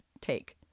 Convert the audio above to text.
take